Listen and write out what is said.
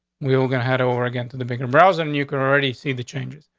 we're gonna head over again to the bigger browser. and you can already see the changes.